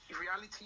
reality